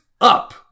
up